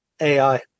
AI